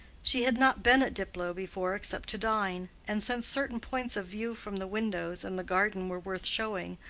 she had not been at diplow before except to dine and since certain points of view from the windows and the garden were worth showing,